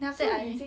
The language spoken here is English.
then after that